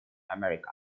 america